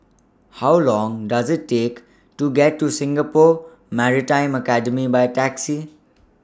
How Long Does IT Take to get to Singapore Maritime Academy By Taxi